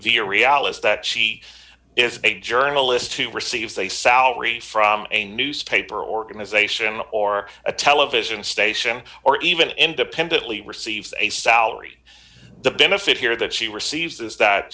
realises that she is a journalist who receives a salary from a newspaper organization or a television station or even independently receives a salary the benefit here that she receives is that